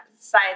side